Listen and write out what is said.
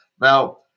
Now